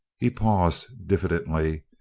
he paused, diffidently,